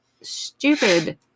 stupid